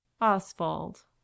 Oswald